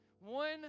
One